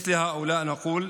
הצום יחול,